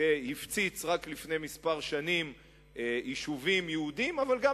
שהפציץ רק לפני כמה שנים יישובים יהודיים אבל גם